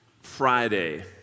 Friday